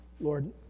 Lord